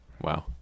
Wow